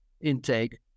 intake